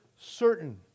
certain